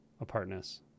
apartness